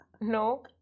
No